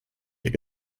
hier